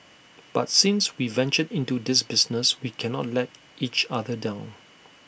but since we ventured into this business we cannot let each other down